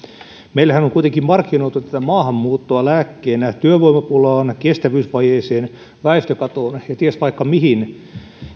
meillehän on kuitenkin markkinoitu maahanmuuttoa lääkkeenä työvoimapulaan kestävyysvajeeseen väestökatoon ja ties vaikka mihin